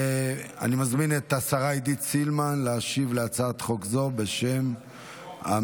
אני מזמין את השרה עידית סילמן להשיב על הצעת חוק זו בשם הממשלה,